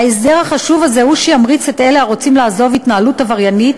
ההסדר החשוב הזה הוא שימריץ את אלה שרוצים לעזוב התנהלות עבריינית